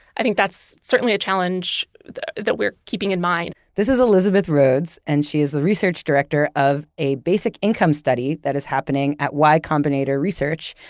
i think that's certainly a challenge that we're keeping in mind. this is elizabeth rhodes, and she is the research director of a basic income study that is happening at y combinator research,